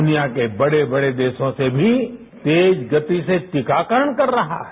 दुनिया के बड़े बड़े देशों से भी तेज गति से टीकाकरण कर रहा है